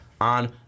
on